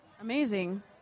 Amazing